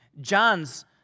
John's